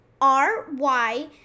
R-Y-